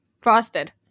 Frosted